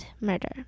murder